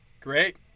Great